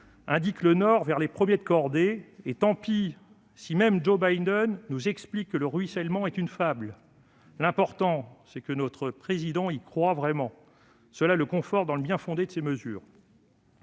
ait pour nord les premiers de cordée ; tant pis si même Joe Biden nous explique que le ruissellement est une fable. L'important, c'est que notre Président y croie vraiment : cela conforte sa foi dans le bien-fondé de ses mesures.